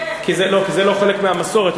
כי זה לא חלק מהמסורת.